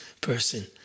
person